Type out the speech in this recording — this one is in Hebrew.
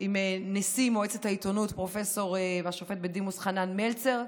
עם נשיא מועצת העיתונות פרופ' והשופט בדימוס חנן מלצר.